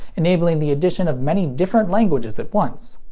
enabling the addition of many different languages at once.